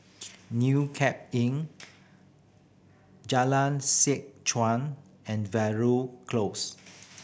New Cape Inn Jalan Seh Chuan and Veeragoo Close